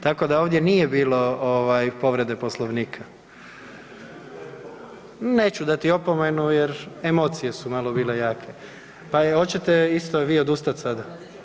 Tako da ovdje nije bilo ovaj povrede Poslovnika. … [[Upadica iz klupe se ne razumije]] Neću dati opomenu jer emocije su malo bile jake, pa i oćete isto vi odustat sada?